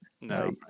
No